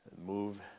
move